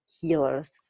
healers